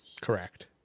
Correct